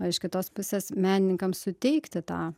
o iš kitos pusės menininkam suteikti tą